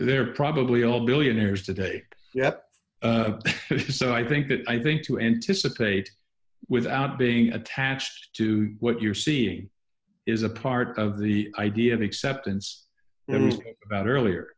they're probably all billionaires today yep so i think that i think to anticipate without being attached to what you're seeing is a part of the idea of acceptance about